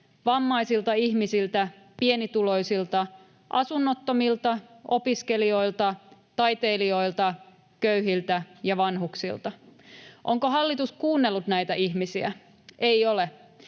vammaisilta ihmisiltä, pienituloisilta, asunnottomilta, opiskelijoilta, taiteilijoilta, köyhiltä ja vanhuksilta. Onko hallitus kuunnellut näitä ihmisiä? Ei ole.